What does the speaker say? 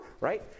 Right